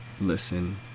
listen